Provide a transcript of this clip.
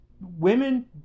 women